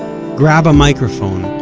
grab a microphone,